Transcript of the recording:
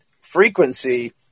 frequency